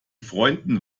freunden